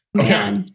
Okay